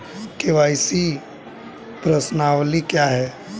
KYC प्रश्नावली क्या है?